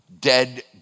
dead